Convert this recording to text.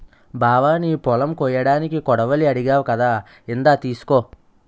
బావా నీ పొలం కొయ్యడానికి కొడవలి అడిగావ్ కదా ఇందా తీసుకో